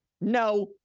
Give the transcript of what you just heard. No